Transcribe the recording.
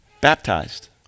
Baptized